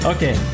Okay